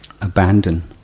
abandon